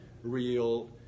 Real